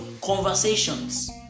Conversations